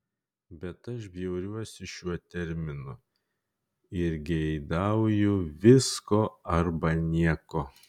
bet aš bjauriuosi šiuo terminu ir geidauju visko arba nieko